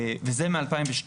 זה מ-2012.